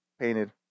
painted